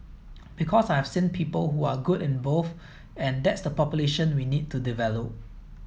because I've seen people who are good in both and that's the population we need to develop